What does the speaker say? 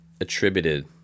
attributed